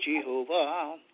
Jehovah